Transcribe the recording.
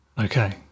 okay